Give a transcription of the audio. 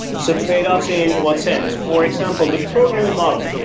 so tradeoffs in what sense? for example, the programming model.